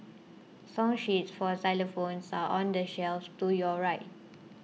song sheets for xylophones are on the shelf to your right